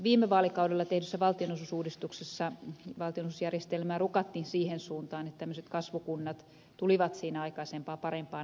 viime vaalikaudella tehdyssä valtionosuusuudistuksessa valtionosuusjärjestelmää rukattiin siihen suuntaan että tämmöiset kasvukunnat tulivat siinä aikaisempaa parempaan asemaan